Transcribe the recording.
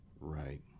Right